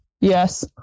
Yes